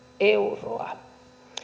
euroa